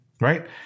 right